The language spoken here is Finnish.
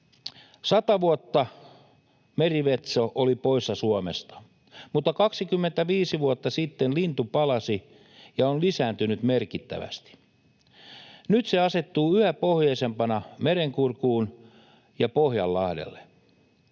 Sata vuotta merimetso oli poissa Suomesta, mutta 25 vuotta sitten lintu palasi ja on lisääntynyt merkittävästi. Nyt se asettuu yhä pohjoisemmaksi, Merenkurkkuun ja Pohjanlahdelle.